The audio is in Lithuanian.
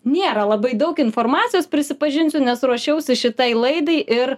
niera labai daug informacijos prisipažinsiu nes ruošiausi šitai laidai ir